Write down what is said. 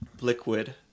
liquid